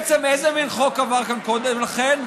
בעצם איזה מין חוק עבר כאן קודם לכן?